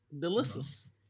Delicious